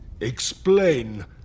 Explain